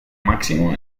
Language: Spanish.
máximo